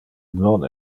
non